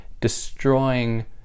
destroying